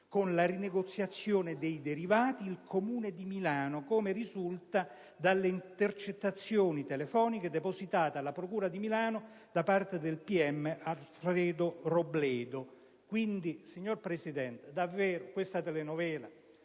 con la rinegoziazione dei derivati il Comune di Milano, come risulta dalle intercettazioni telefoniche depositate alla procura di Milano da parte del pubblico ministero Alfredo Robledo. Signor Presidente, questa è davvero una telenovela,